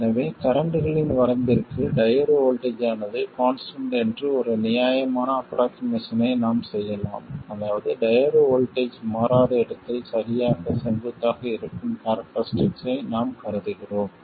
எனவே கரண்ட்களின் வரம்பிற்கு டையோடு வோல்ட்டேஜ் ஆனது கான்ஸ்டன்ட் என்று ஒரு நியாயமான ஆஃப்ரோக்ஷிமேசன் ஐ நாம் செய்யலாம் அதாவது டையோடு வோல்ட்டேஜ் மாறாத இடத்தில் சரியாக செங்குத்தாக இருக்கும் கேரக்டரிஸ்டிக்கை நாம் கருதுகிறோம்